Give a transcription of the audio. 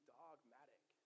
dogmatic